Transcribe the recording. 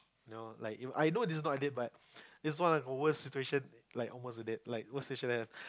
no like I know this is not a date but it's one of a worst situation like almost a date like worst situation